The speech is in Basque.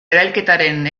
erailketaren